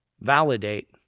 validate